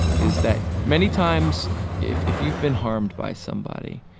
is that many times if if you've been harmed by somebody,